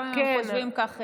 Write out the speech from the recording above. גם אם הם חושבים כך,